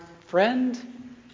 friend